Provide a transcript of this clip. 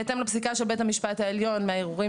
בהתאם לפסיקה של בית המשפט העליון מהערעורים